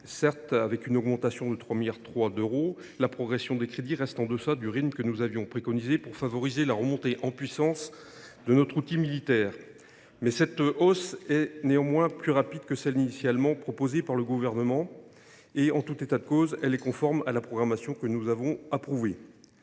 Certes, avec une augmentation de 3,3 milliards d’euros, la progression des crédits reste en deçà du rythme que nous avions préconisé pour favoriser la remontée en puissance de notre outil militaire. Cette hausse est néanmoins plus rapide que celle qui était initialement proposée par le Gouvernement ; en tout état de cause, elle est conforme à la programmation que nous avons approuvée.